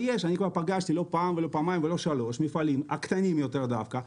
אני כבר פגשתי לא פעם לא פעמיים ולא שלוש מפעלים קטנים יותר דווקא,